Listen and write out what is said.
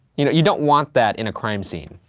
you know you don't want that in a crime scene.